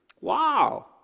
Wow